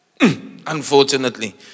Unfortunately